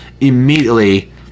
immediately